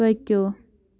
پٔکِو